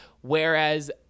whereas